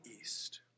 east